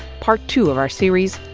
part two of our series,